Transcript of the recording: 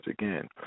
again